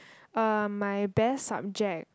uh my best subject